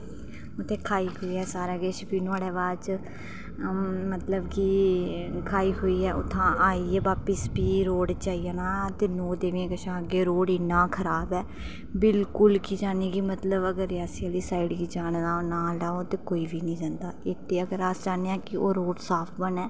ते खाई पीऐ प्ही नुहाड़े बाद मतलब कि खाइयै उत्थुआं आइयै बापस प्ही रोड़ च आई जाना ते प्ही नौ देवियें कशा अग्गें रोड़ इन्ना खराब ऐ कि बिल्कुल मतलब कि जियां रियासी डिस्ट्रिक्ट आह्ली साइड जाने दा नांऽ लैओ ते कोई बी नेईं जंदा ते अस चाह्न्ने आं कि ओह् रोड़ साफ बने